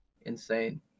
insane